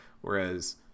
whereas